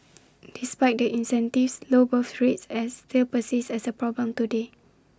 despite the incentives low birth rates are still persist as A problem today